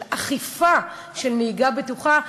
של אכיפה של נהיגה בטוחה,